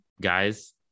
guys